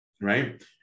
right